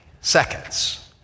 seconds